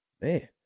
man